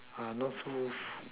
not so